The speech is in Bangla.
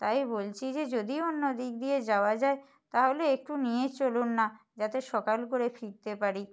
তাই বলছি যে যদি অন্য দিক দিয়ে যাওয়া যায় তাহলে একটু নিয়ে চলুন না যাতে সকাল করে ফিরতে পারি